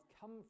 come